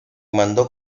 mandó